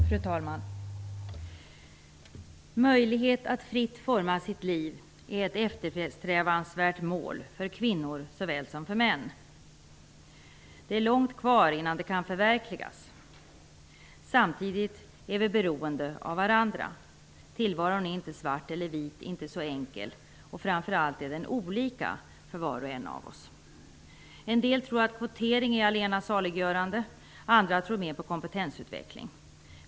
Fru talman! Möjlighet att fritt forma sitt liv är ett eftersträvansvärt mål för kvinnor såväl som för män. Det är långt kvar innan det målet kan förverkligas. Samtidigt är vi beroende av varandra. Tillvaron är inte svart eller vit; den är inte så enkel. Framför allt är den olik för var och en av oss. En del tror att kvotering är allena saliggörande, medan andra tror mer på kompetensutveckling.